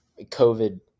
covid